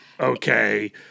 okay